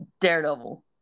Daredevil